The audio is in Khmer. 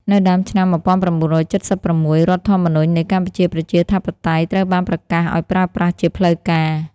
នៅដើមឆ្នាំ១៩៧៦ រដ្ឋធម្មនុញ្ញនៃកម្ពុជាប្រជាធិបតេយ្យត្រូវបានប្រកាសឱ្យប្រើប្រាស់ជាផ្លូវការ។